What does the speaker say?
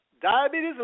Diabetes